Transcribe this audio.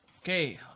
okay